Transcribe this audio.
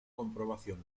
comprobación